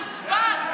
חבר הכנסת דרעי,